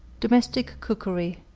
domestic cookery,